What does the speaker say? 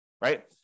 right